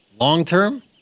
long-term